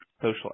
social